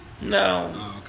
No